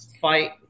fight